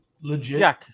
Legit